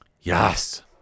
Yes